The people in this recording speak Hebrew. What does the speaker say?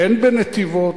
אין בנתיבות,